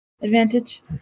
advantage